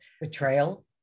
Betrayal